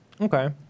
okay